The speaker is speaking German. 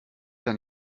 dann